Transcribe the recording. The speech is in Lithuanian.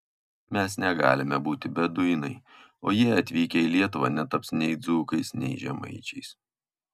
mes negalime būti beduinai o jie atvykę į lietuvą netaps nei dzūkais nei žemaičiais